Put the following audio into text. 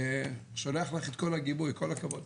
אני שולח לך את כל הגיבוי, כל הכבוד.